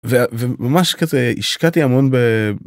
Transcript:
ו וממש כזה השקעתי המון ב.